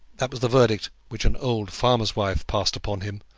that was the verdict which an old farmer's wife passed upon him,